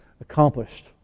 accomplished